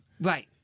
Right